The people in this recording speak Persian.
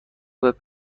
ندارد